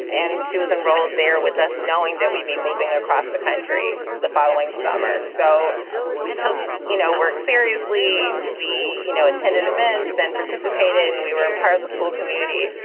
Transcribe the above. and she was enrolled there with us knowing that we'd be moving across the country the following summer. so we took you know work seriously. we you know attended events and participated, and we were a part of the school community.